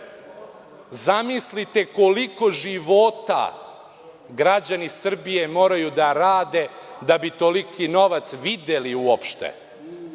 Zamislite koliko života građani Srbije moraju da rade da bi toliki novac videli uopšte.